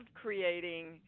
creating